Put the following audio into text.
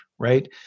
Right